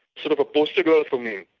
sort of a poster girl for me,